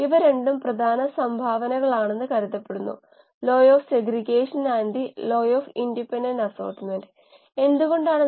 scale up മാനദണ്ഡങ്ങൾക്കിടയിൽ നമ്മൾക്ക് ഒന്നു തിരഞ്ഞെടുക്കാനും അത് ഒരു സ്കെയിൽ അപ്പ് മാനദണ്ഡമായി കണക്കാക്കാനും കഴിയില്ല